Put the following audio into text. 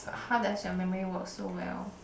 how does your memory work so well